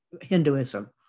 Hinduism